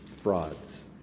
frauds